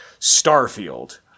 Starfield